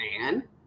man